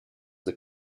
the